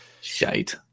Shite